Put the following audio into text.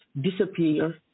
disappear